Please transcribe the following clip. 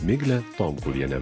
migle tomkuviene